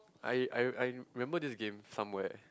I I I remember this game somewhere